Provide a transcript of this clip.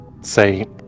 say